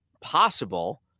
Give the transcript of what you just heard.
possible